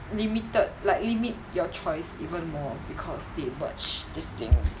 limited like limit your choice even more because they merge this thing